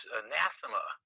anathema